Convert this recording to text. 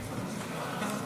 חברים,